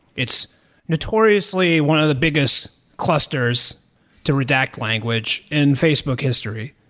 it's notoriously one of the biggest clusters to redact language in facebook history.